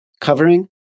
covering